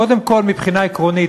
קודם כול מבחינה עקרונית,